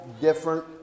different